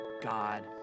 God